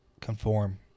conform